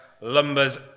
lumbers